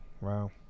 Wow